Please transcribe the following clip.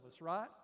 right